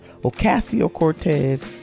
Ocasio-Cortez